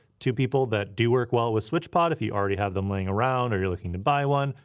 to people that do work well with switchpod, if you already have them laying around or you're looking to buy one,